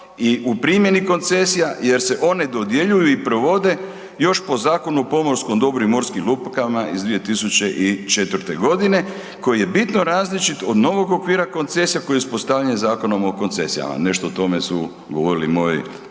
i u primjeni koncesija jer se one dodjeljuju i provode još po Zakonu o pomorskom dobru i morskim lukama iz 2004. g. koji je bitno različit od novog okvira koncesija koji je uspostavljen Zakonom o koncesijama. Nešto o tome su govorili moji